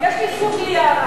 יש לי זכות להערה.